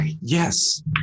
yes